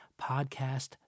Podcast